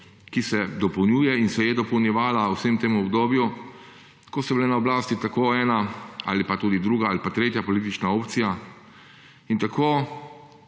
ki se dopolnjuje in se je dopolnjevala v vsem tem obdobju, ko so bile na oblasti tako ena ali pa tudi druga ali pa tretja politična opcija in tako,